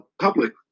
public